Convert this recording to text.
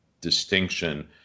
distinction